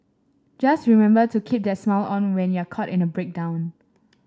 just remember to keep that smile on when you're caught in a breakdown